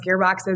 gearboxes